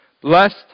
Blessed